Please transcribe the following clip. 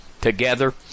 together